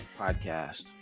podcast